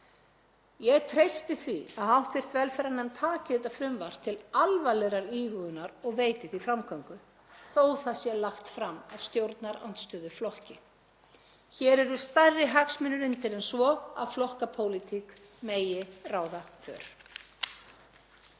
Ég treysti því að hv. velferðarnefnd taki þetta frumvarp til alvarlegrar íhugunar og veiti því framgöngu, þó að það sé lagt fram af stjórnarandstöðuflokki. Hér eru stærri hagsmunir undir en svo að flokkapólitík megi ráða för.